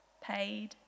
paid